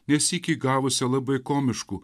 ne sykį gavusią labai komiškų